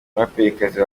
muraperikazi